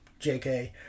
JK